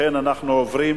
לכן אנחנו עוברים